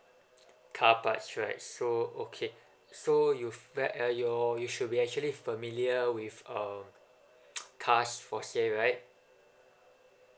car parts right so okay so you fai~ uh your you should be actually familiar with um cars for say right